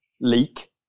leak